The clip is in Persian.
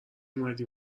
اومدی